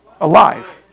Alive